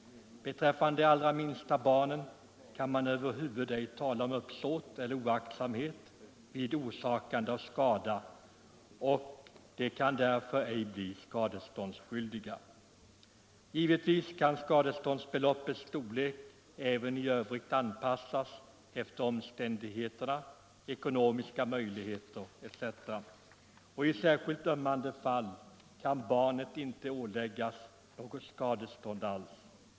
Beträffande de allra minsta barnen kan man över huvud ej tala om uppsåt eller oaktsamhet vid orsakande av skada, och de kan därför ej bli skadeståndsskyldiga. Givetvis kan skadeståndsbeloppets storlek även i övrigt anpassas till omständigheter — ekonomiska möjligheter etc. I särskilt ömmande fall kan barnet inte åläggas skadestånd alls.